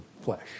flesh